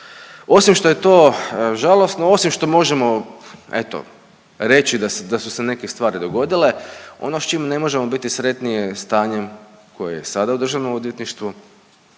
Osim što je to žalosno, osim što možemo, eto reći da su se neke stvari dogodile, ono s čim ne možemo biti sretni je stanjem koje je sada u Državnom odvjetništvu,